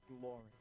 Glory